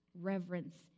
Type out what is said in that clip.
reverence